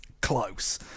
close